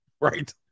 right